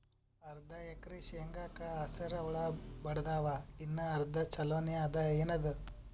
ಅರ್ಧ ಎಕರಿ ಶೇಂಗಾಕ ಹಸರ ಹುಳ ಬಡದಾವ, ಇನ್ನಾ ಅರ್ಧ ಛೊಲೋನೆ ಅದ, ಏನದು?